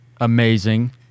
amazing